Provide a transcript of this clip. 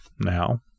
now